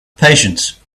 patience